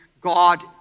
God